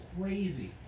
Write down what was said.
crazy